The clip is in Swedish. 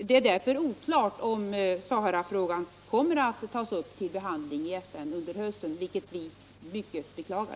Det är därför oklart om Saharafrågan kommer att tas upp till behandling i FN under hösten, vilket vi mycket beklagar.